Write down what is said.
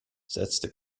setzte